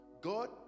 God